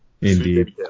Indeed